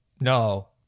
no